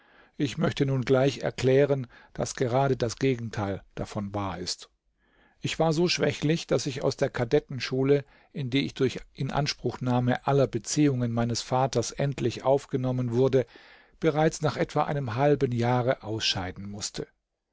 ich möchte nun gleich erklären daß gerade das gegenteil davon wahr ist ich war so schwächlich daß ich aus der kadettenschule in die ich durch inanspruchnahme aller beziehungen meines vaters endlich aufgenommen wurde bereits nach etwa einem halben jahre ausscheiden mußte